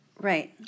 Right